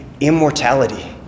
immortality